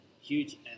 huge